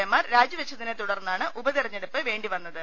A മാർ രാജിവെച്ചതിനെ തുടർന്നാണ് ഉപതെരഞ്ഞെടുപ്പ് വേണ്ടിവന്നത്